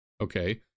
okay